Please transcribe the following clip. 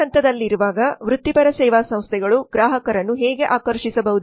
ಈ ಹಂತದಲ್ಲಿರುವಾಗ ವೃತ್ತಿಪರ ಸೇವಾ ಸಂಸ್ಥೆಗಳು ಗ್ರಾಹಕರನ್ನು ಹೇಗೆ ಆಕರ್ಷಿಸಬಹುದು